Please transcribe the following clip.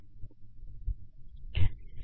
જેમ તમે નોંધ કરી શકો છો કે ફંક્શન બે પરિમાણો લે છે